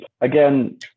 Again